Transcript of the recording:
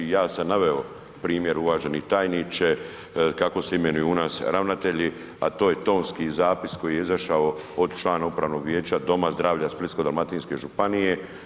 Ja sam naveo primjer, uvaženi tajniče, kako se imenuju u nas ravnatelji, a to je tonski zapis koji je izašao od člana upravnog vijeća Doma zdravlja Splitsko-dalmatinske županije.